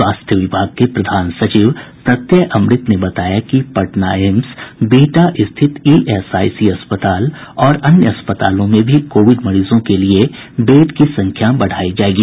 स्वास्थ्य विभाग के प्रधान सचिव प्रत्यय अमृत ने बताया कि पटना एम्स बिहटा स्थित ईएसआईसी अस्पताल और अन्य अस्पतालों में भी कोविड मरीजों के लिए बेड की संख्या बढ़ायी जायेगी